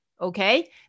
Okay